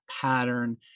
pattern